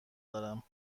دارم